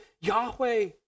Yahweh